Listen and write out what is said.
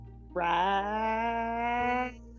right